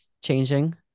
changing